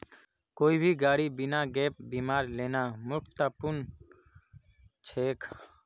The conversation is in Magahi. कोई भी गाड़ी बिना गैप बीमार लेना मूर्खतापूर्ण छेक